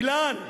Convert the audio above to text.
אילן,